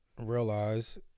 realize